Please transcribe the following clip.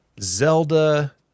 Zelda